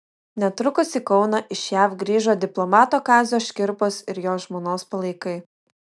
netrukus į kauną iš jav grįžo diplomato kazio škirpos ir jo žmonos palaikai